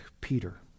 Peter